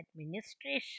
administration